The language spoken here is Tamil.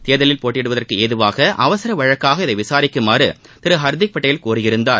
தேர்தலில் போட்டியிடுவதற்கு ஏதுவாக அவசர வழக்காக இதை விசாரிக்குமாறு திரு ஹர்த்திக் பட்டேல் கோரியிருந்தார்